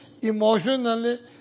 emotionally